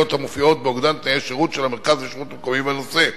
המופיעות באוגדן תנאי שירות של המרכז לשלטון מקומי בנושא.